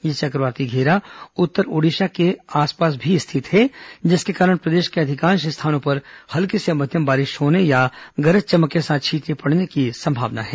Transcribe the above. यह चक्रवाती घेरा उत्तर ओडिशा और उसके आसपास स्थित है जिसके कारण प्रदेश के अधिकांश स्थानों पर हल्की से मध्यम बारिश होने या गरज चमक के साथ छींटे पड़ने की संभावना है